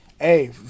Hey